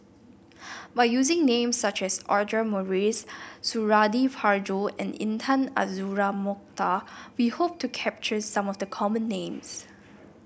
by using names such as Audra Morrice Suradi Parjo and Intan Azura Mokhtar we hope to capture some of the common names